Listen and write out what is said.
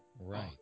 Right